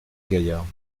gaillarde